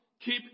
Keep